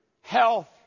Health